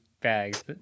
bags